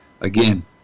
Again